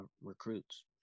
recruits